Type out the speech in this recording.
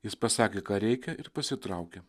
jis pasakė ką reikia ir pasitraukė